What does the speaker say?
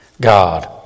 God